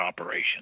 operation